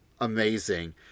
amazing